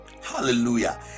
Hallelujah